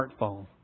smartphone